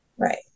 Right